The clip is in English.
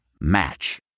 Match